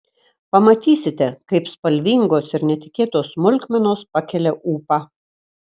pamatysite kaip spalvingos ir netikėtos smulkmenos pakelia ūpą